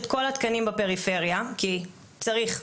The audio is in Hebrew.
היה ברור לכולם שזה לא יקרה אם תהיה פגיעה של 7,000 ו-5,000 שקלים בשכר